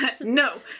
No